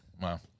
Wow